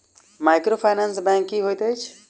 Microfinance bank की होइत अछि?